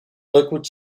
liquid